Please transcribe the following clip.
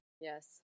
Yes